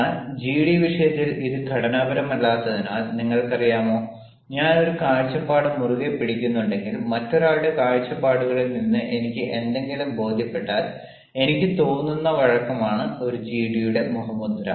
എന്നാൽ ജിഡി വിഷയത്തിൽ ഇത് ഘടനാപരമല്ലാത്തതിനാൽ നിങ്ങൾക്കറിയാമോ ഞാൻ ഒരു കാഴ്ചപ്പാട് മുറുകെ പിടിക്കുന്നുണ്ടെങ്കിൽ മറ്റൊരാളുടെ കാഴ്ചപ്പാടുകളിൽ നിന്ന് എനിക്ക് എന്തെങ്കിലും ബോധ്യപ്പെട്ടാൽ എനിക്ക് തോന്നുന്ന വഴക്കമാണ് ഒരു ജിഡിയുടെ മുഖമുദ്ര